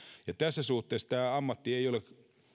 tässä suhteessa tämä ammatti ei ole